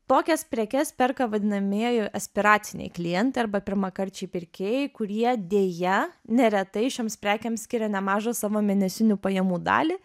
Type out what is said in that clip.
tokias prekes perka vadinamieji aspiraciniai klientai arba pirmakarčiai pirkėjai kurie deja neretai šioms prekėms skiria nemažą savo mėnesinių pajamų dalį